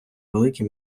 великі